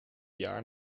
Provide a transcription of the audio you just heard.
jaar